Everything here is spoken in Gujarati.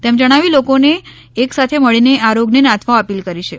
તેમ જણાવી લોકોને એક સાથે મળીને આ રોગને નાથવા અપીલ કરી છે